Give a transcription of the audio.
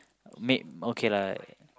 may okay lah